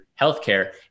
healthcare